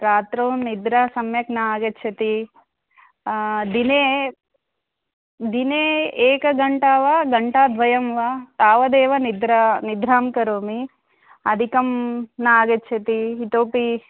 रात्रौ निद्रा सम्यक् ना आगच्छति दिने दिने एकघण्टा वा घण्टाद्वयं वा तावदेव निद्रां निद्रां करोमि अधिकं न आगच्छति इतोपि